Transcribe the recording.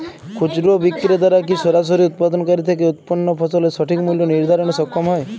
খুচরা বিক্রেতারা কী সরাসরি উৎপাদনকারী থেকে উৎপন্ন ফসলের সঠিক মূল্য নির্ধারণে সক্ষম হয়?